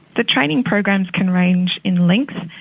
the training programs can range in length.